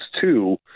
two